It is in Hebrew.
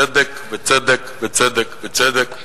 צדק, וצדק, וצדק וצדק,